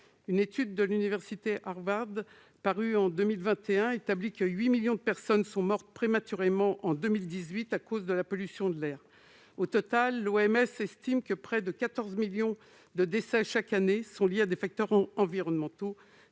Une étude de l'université Harvard parue en 2021 établit que 8 millions de personnes sont mortes prématurément en 2018 à cause de la pollution de l'air. Au total, l'OMS estime que près de 14 millions de décès sont liés chaque année à des facteurs environnementaux